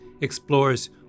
explores